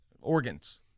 organs